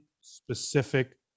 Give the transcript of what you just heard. specific